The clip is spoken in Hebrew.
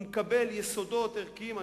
הוא מקבל יסודות ערכיים.